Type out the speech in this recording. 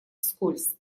вскользь